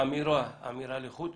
אמירה לחוד,